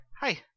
hi